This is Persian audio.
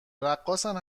رقاصن